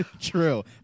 True